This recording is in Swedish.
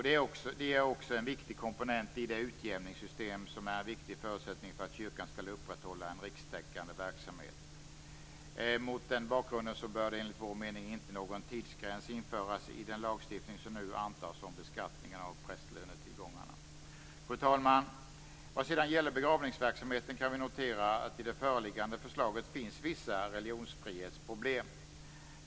De är också en viktigt komponent i det utjämningssystem som är en viktig förutsättning för att kyrkan skall upprätthålla en rikstäckande verksamhet. Mot den bakgrunden bör enligt vår mening inte någon tidsgräns införas i den lagstiftning som nu antas om beskattningen av prästlönetillgångarna. Fru talman! Vad sedan gäller begravningsverksamheten kan vi notera att det i det föreliggande förslaget finns vissa religionsfrihetsproblem.